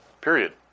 Period